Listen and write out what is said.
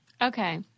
Okay